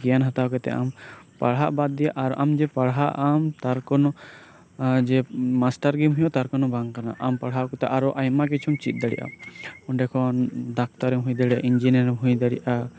ᱜᱮᱭᱟᱱ ᱦᱟᱛᱟᱣ ᱠᱟᱛᱮᱜ ᱯᱟᱲᱦᱟᱜ ᱵᱟᱫ ᱫᱤᱭᱮ ᱟᱢ ᱡᱚᱫᱤ ᱟᱢ ᱡᱮ ᱢᱟᱥᱴᱟᱨ ᱜᱮ ᱦᱩᱭᱩᱜ ᱛᱟᱨ ᱠᱳᱱᱳ ᱵᱟᱝ ᱠᱟᱱᱟ ᱟᱢ ᱟᱨᱚ ᱯᱟᱲᱦᱟᱣ ᱠᱟᱛᱮᱜ ᱟᱭᱢᱟ ᱠᱤᱪᱷᱩᱢ ᱪᱮᱫ ᱫᱟᱲᱮᱭᱟᱜᱼᱟ ᱚᱱᱰᱮ ᱠᱷᱚᱱ ᱰᱟᱠᱛᱟᱨ ᱮᱢ ᱦᱩᱭ ᱫᱟᱲᱮᱭᱟᱜᱼᱟ ᱤᱧᱡᱤᱱᱤᱭᱟᱨ ᱮᱢ ᱦᱩᱭ ᱫᱟᱲᱮᱭᱟᱜᱼᱟ